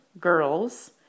girls